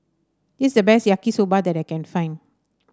this is the best Yaki Soba that I can find